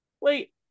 wait